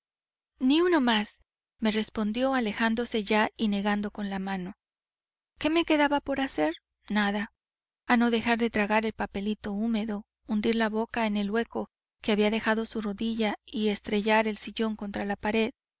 ni uno más me respondió alejándose ya y negando con la mano qué me quedaba por hacer nada a no ser tragar el papelito húmedo hundir la boca en el hueco que había dejado su rodilla y estrellar el sillón contra la pared